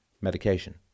medication